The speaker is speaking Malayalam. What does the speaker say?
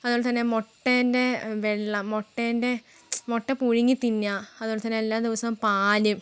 അതുപോലെ തന്നെ മുട്ടേൻ്റെ വെള്ള മുട്ടേൻ്റെ മുട്ട പുഴുങ്ങി തിന്നുക അതുപോലെ തന്നെ എല്ലാ ദിവസവും പാൽ